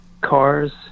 cars